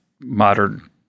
modern